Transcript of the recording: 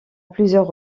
plusieurs